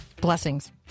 Blessings